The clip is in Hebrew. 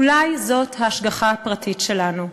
אולי זאת ההשגחה הפרטית שלנו.